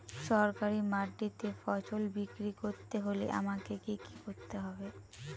সরকারি মান্ডিতে ফসল বিক্রি করতে হলে আমাকে কি কি করতে হবে?